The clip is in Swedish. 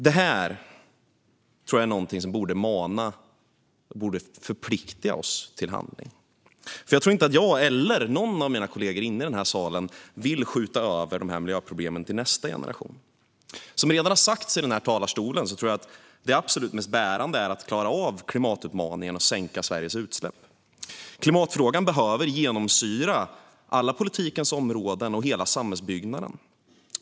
Detta är något som borde mana oss, förplikta oss, till handling. Jag vill inte, och jag tror inte att någon av mina kollegor här i salen vill, skjuta över dessa miljöproblem på nästa generation. Som redan sagts här i talarstolen är det absolut mest bärande att klara av klimatutmaningen och sänka Sveriges utsläpp. Klimatfrågan behöver genomsyra alla politikens områden och hela samhällsbygget.